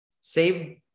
Save